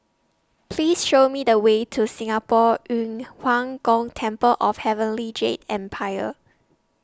Please Show Me The Way to Singapore Yu Huang Gong Temple of Heavenly Jade Empire